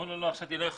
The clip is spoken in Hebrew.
בבקשה.